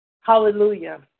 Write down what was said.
Hallelujah